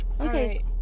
Okay